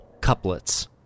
couplets